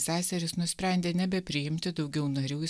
seserys nusprendė nebepriimti daugiau narių į